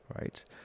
right